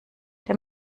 der